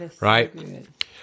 Right